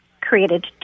created